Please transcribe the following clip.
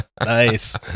Nice